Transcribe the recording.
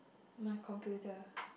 my computer